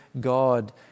God